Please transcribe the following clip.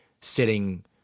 sitting